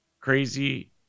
crazy